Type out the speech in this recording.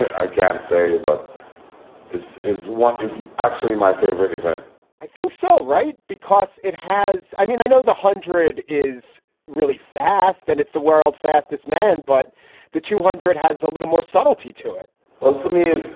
i can say but about is what is actually my favorite event i think so. right. because it has. i mean, i know the hundred is really fast and it's the world's fastest man, but the two hundred has a little more subtlety to it well, for me,